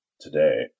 today